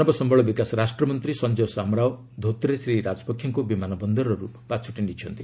ମାନବସମ୍ଭଳ ବିକାଶ ରାଷ୍ଟ୍ରମନ୍ତ୍ରୀ ସଂକୟ ଶାମରାଓ ଧୋତ୍ରେ ଶ୍ରୀ ରାଜପକ୍ଷେଙ୍କୁ ବିମାନ ବନ୍ଦରରୁ ପାଛୋଟି ନେଇଛନ୍ତି